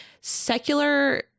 secular